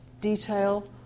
detail